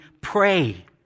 pray